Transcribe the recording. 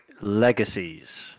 Legacies